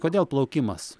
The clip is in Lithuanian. kodėl plaukimas